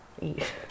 Eat